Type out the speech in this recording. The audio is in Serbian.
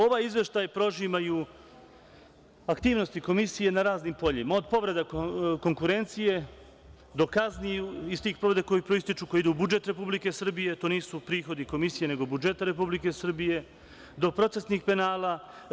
Ovaj izveštaj prožimaju aktivnosti Komisije na raznim poljima, od povrede konkurencije, do kazni, iz tih povreda koje proističu, koje idu u budžet Republike Srbije, to nisu prihodi Komisije, nego budžeta Republike Srbije, do procesnih penala.